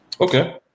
okay